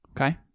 Okay